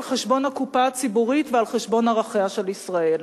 חשבון הקופה הציבורית ועל חשבון ערכיה של ישראל.